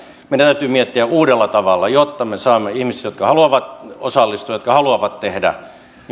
meidän täytyy miettiä uudella tavalla jotta me saamme ihmiset jotka haluavat osallistua jotka haluavat tehdä